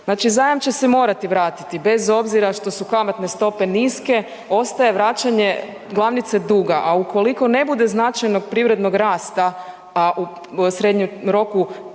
Znači, zajam će se morati vratiti bez obzira što su kamatne stope niske ostaje vraćanje glavnice duga, a ukoliko ne bude značajnog privrednog rasta, a u srednjem roku